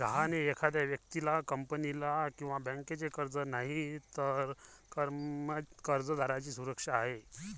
गहाण हे एखाद्या व्यक्तीला, कंपनीला किंवा बँकेचे कर्ज नाही, तर कर्जदाराची सुरक्षा आहे